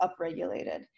upregulated